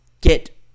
get